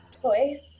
toys